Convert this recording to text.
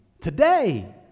today